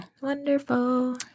Wonderful